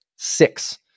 six